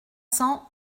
cents